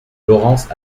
laurence